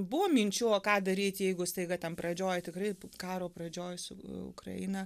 buvo minčių o ką daryti jeigu staiga ten pradžioj tikrai karo pradžioj su ukraina